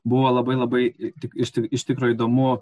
buvo labai labai tik iš tik iš tikro įdomu